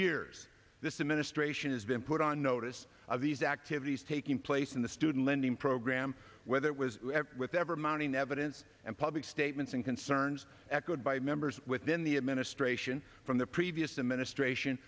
years this administration has been put on notice of these activities taking place in the student lending program whether it was with ever mounting evidence and public statements and concerns echoed by members within the administration from the previous administration